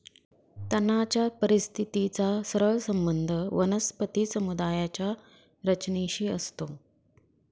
तणाच्या परिस्थितीचा सरळ संबंध वनस्पती समुदायाच्या रचनेशी असतो